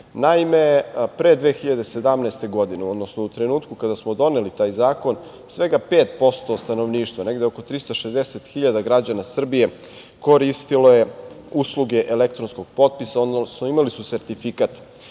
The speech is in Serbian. pre 2017. godine, odnosno u trenutku kada smo doneli taj zakon svega 5% stanovništva, negde oko 360 hiljada građana Srbije koristilo je usluge elektronskog potpisa, odnosno imali su sertifikat